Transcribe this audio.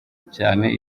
cyane